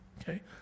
Okay